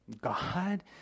god